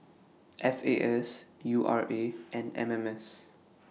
F A S U R A and M M S